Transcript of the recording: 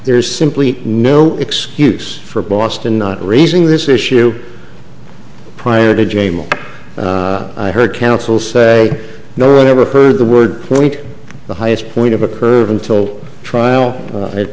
there is simply no excuse for boston not raising this issue prior to jail i heard counsel say no never heard the word wait the highest point of a curve until trial